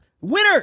Winner